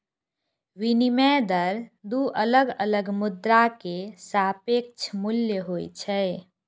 विनिमय दर दू अलग अलग मुद्रा के सापेक्ष मूल्य होइ छै